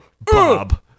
Bob